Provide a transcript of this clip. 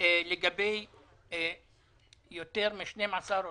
לגבי יותר מ-12,000 או